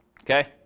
okay